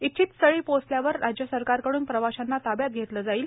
इच्छित स्थळी पोहचल्यावर राज्य सरकारकडून प्रवाशांना ताब्यात घेतले जाईल